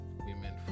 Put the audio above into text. women